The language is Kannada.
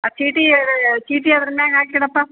ಆ ಚೀಟಿ ಎರ ಚೀಟಿ ಅದ್ರ ಮ್ಯಾಗ ಹಾಕಿ ಇಡಪ್ಪ